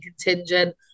contingent